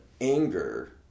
anger